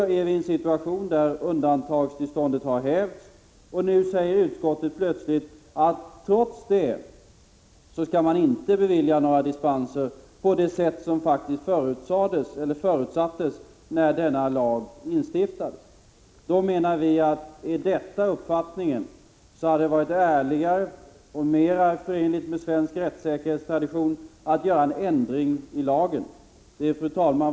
Nu är vi i den situationen att undantagstillståndet har hävts, och trots det säger utskottet att man inte skall bevilja några dispenser på det sätt som faktiskt förutsattes när denna lag instiftades. Är detta utskottets uppfattning så hade det varit ärligare och mera förenligt med svensk rättssäkerhetstradition att göra en ändring i lagen. Fru talman!